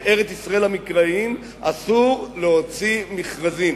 ארץ-ישראל המקראיים אסור להוציא מכרזים